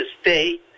stay